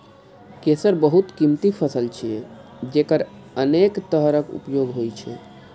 केसर बहुत कीमती फसल छियै, जेकर अनेक तरहक उपयोग होइ छै